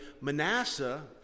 Manasseh